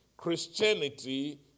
Christianity